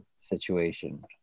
situation